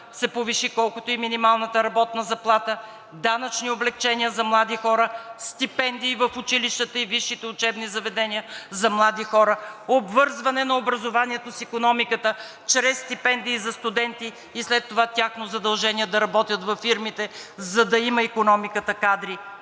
се повиши колкото минималната работна заплата, данъчни облекчения за млади хора, стипендии в училищата и висшите учебни заведения за млади хора, обвързване на образованието с икономиката чрез стипендии за студенти и след това тяхно задължение да работят във фирмите, за да има икономиката кадри.